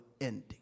ending